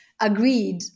agreed